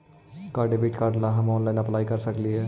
का debit card ला हम ऑनलाइन अप्लाई कर सकली हे?